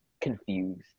confused